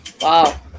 wow